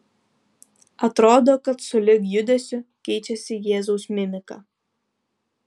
atrodo kad sulig judesiu keičiasi jėzaus mimika